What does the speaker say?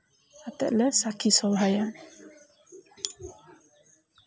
ᱠᱟᱛᱮᱫ ᱞᱮ ᱥᱟᱹᱠᱷᱤ ᱥᱚᱵᱷᱟᱭᱟ